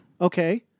Okay